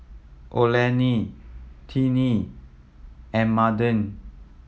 Olene Tinie and Madden